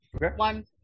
one